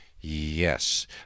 yes